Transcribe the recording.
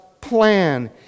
plan